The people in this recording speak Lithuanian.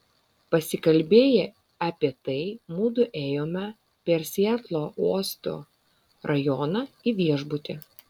pasikalbėję apie tai mudu ėjome per sietlo uosto rajoną į viešbutį